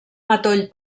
matoll